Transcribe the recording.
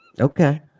okay